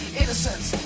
innocence